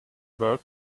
work